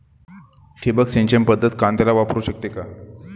ठिबक सिंचन पद्धत कांद्याला वापरू शकते का?